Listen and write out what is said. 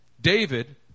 David